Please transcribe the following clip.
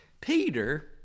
Peter